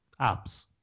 apps